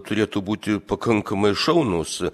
turėtų būti pakankamai šaunus